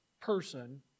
person